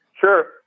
Sure